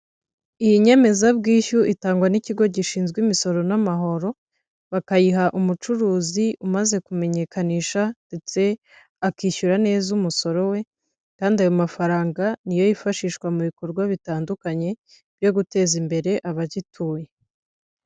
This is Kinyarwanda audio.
Iyi nyemezabwishyu itangwa n'ikigo gishinzwe imisoro n'amahoro, bakayiha umucuruzi umaze kumenyekanisha ndetse akishyura neza umusoro we, kandi ayo mafaranga ni yo yifashishwa mu bikorwa bitandukanye byo guteza imbere abagituye.